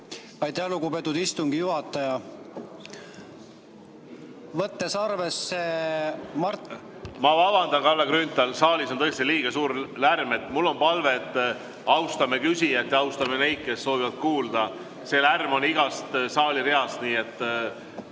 Aitäh, lugupeetud istungi juhataja! Võttes arvesse Mart ... Ma vabandan, Kalle Grünthal! Saalis on tõesti liiga suur lärm. Mul on palve, et austame küsijaid ja austame neid, kes soovivad kuulata. Lärmi on igas saali reas, ma